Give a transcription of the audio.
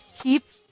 keep